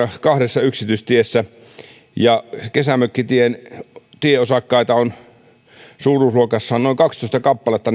kahdessa yksityistiessä kesämökkitien tieosakkaita taitaa olla suuruusluokassaan kaikkinensa noin kaksitoista kappaletta